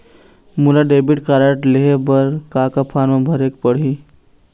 मोला debit card लेहे बर का का फार्म भरेक पड़ही?